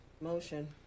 Motion